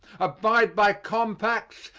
abide by compacts,